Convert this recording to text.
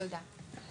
תודה.